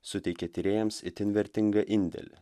suteikė tyrėjams itin vertingą indėlį